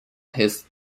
his